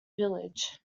village